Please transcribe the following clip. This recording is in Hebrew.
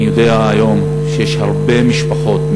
אני יודע היום שיש הרבה משפחות,